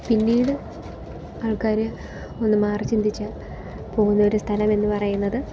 പിന്നീട് ആൾക്കാർ ഒന്ന് മാറി ചിന്തിച്ചാൽ പോകുന്ന ഒരു സ്ഥലമെന്ന് പറയുന്നത്